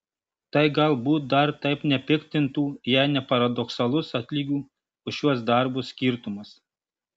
tai galbūt dar taip nepiktintų jei ne paradoksalus atlygių už šiuos darbus skirtumas